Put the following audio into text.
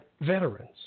veterans